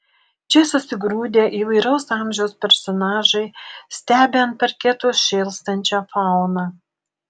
čia susigrūdę įvairaus amžiaus personažai stebi ant parketo šėlstančią fauną